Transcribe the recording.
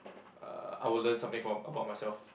uh I will learn something from about myself